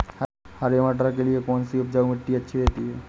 हरे मटर के लिए कौन सी उपजाऊ मिट्टी अच्छी रहती है?